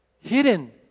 Hidden